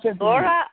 Laura